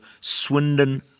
Swindon